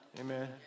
Amen